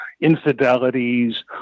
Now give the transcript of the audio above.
infidelities